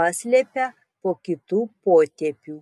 paslepia po kitu potėpiu